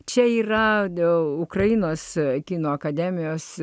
čia yra dėl ukrainos kino akademijos